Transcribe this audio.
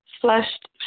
Flushed